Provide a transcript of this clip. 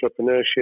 entrepreneurship